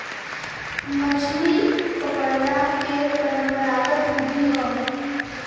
मछरी पकड़ला के परंपरागत विधि हौ